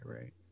right